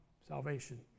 salvation